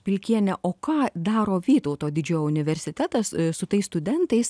pilkiene o ką daro vytauto didžiojo universitetas su tais studentais